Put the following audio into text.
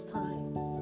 times